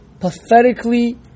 pathetically